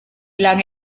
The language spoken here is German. lange